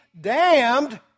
damned